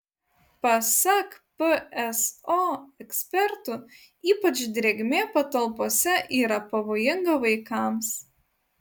pasak pso ekspertų ypač drėgmė patalpose yra pavojinga vaikams